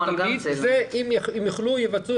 את זה אם יוכלו יבצעו.